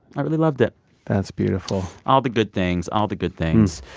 i really loved it that's beautiful all the good things. all the good things.